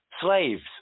slaves